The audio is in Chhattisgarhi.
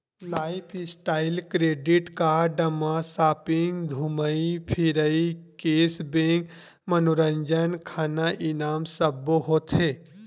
लाईफस्टाइल क्रेडिट कारड म सॉपिंग, धूमई फिरई, केस बेंक, मनोरंजन, खाना, इनाम सब्बो होथे